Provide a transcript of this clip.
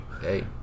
Hey